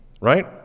right